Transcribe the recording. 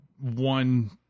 one